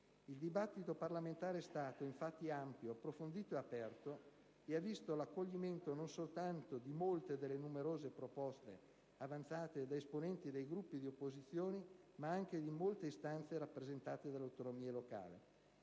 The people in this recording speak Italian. Il dibattito parlamentare è stato infatti ampio, approfondito e aperto, e ha visto l'accoglimento non soltanto di molte delle numerose proposte avanzate da esponenti dei Gruppi di opposizione, ma anche di molte istanze rappresentate dalle autonomie locali.